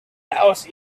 house